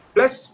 Plus